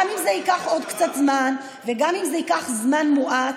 גם אם זה ייקח עוד קצת זמן וגם אם זה ייקח זמן מועט,